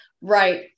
Right